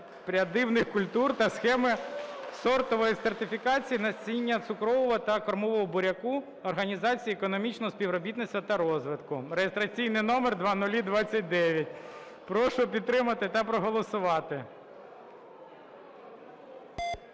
прядивних культур та Схеми сортової сертифікації насіння цукрового та кормового буряка Організації економічного співробітництва та розвитку (реєстраційний номер 0029). Прошу підтримати та проголосувати.